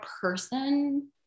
person